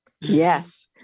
Yes